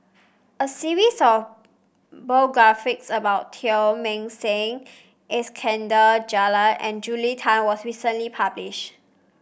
a series of biographies about Teng Mah Seng Iskandar Jalil and Julia Tan was recently published